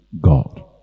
God